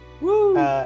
Woo